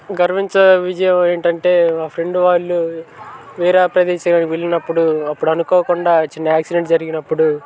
గర్వించ విజయం ఏమిటంటే మా ఫ్రెండ్ వాళ్ళు వేరే ప్రదేశానికి వెళ్ళినప్పుడు అప్పుడు అనుకోకుండా చిన్న యాక్సిడెంట్ జరిగినప్పుడు